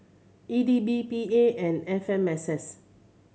E D B P A and F M S S